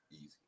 easy